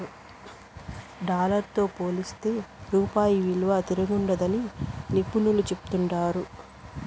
dollar తో పోలిస్తే రూపాయి ఇలువ తిరంగుండాదని నిపునులు చెప్తాండారు